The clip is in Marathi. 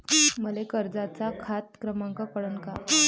मले कर्जाचा खात क्रमांक कळन का?